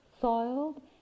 soiled